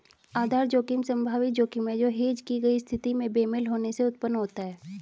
आधार जोखिम संभावित जोखिम है जो हेज की गई स्थिति में बेमेल होने से उत्पन्न होता है